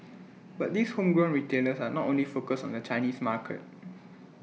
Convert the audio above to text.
but these homegrown retailers are not only focused on the Chinese market